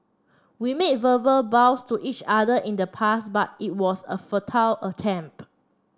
we made verbal vows to each other in the past but it was a futile attempt